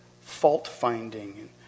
fault-finding